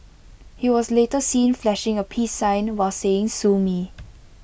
he was later seen flashing A peace sign while saying sue me